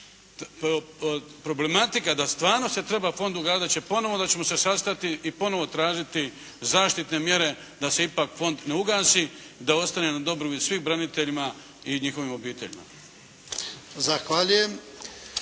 problematika da stvarno se treba fond ugasiti, da ćemo ponovno se sastati i ponovo tražiti zaštitne mjere da se ipak fond ne ugasi, da ostane na dobrobit svim braniteljima i njihovim obiteljima.